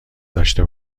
داشته